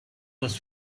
was